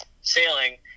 sailing